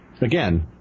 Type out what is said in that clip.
again